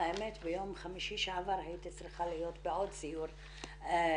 ביום חמישי שעבר הייתי צריכה להיות בעוד סיור בנגב,